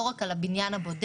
לא רק על הבניין הבודד,